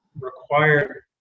required